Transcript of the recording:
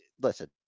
listen